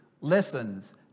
listens